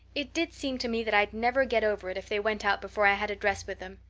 it did seem to me that i'd never get over it if they went out before i had a dress with them.